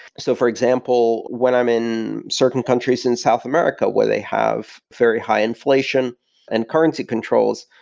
so, for example, when i'm in certain countries in south america where they have very high inflation and currency controls,